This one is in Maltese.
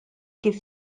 kif